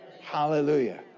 hallelujah